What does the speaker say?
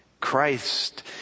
Christ